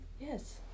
yes